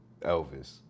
Elvis